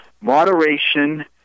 moderation